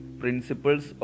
principles